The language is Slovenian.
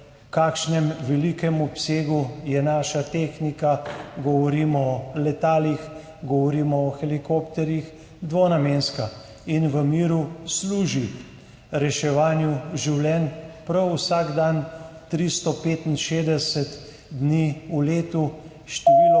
kako velikem obsegu je naša tehnika, govorimo o letalih, govorimo o helikopterjih, dvonamenska in v miru služi reševanju življenj prav vsak dan, 365 dni v letu. Število